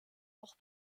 auch